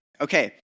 Okay